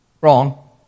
Wrong